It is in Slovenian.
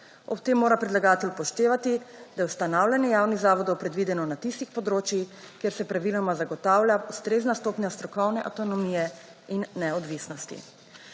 Ob tem mora predlagatelj upoštevati, da je ustanavljanje javnih zavodov predvideno na tistih področjih, kjer se praviloma zagotavlja ustrezna stopnja strokovne avtonomije in neodvisnosti.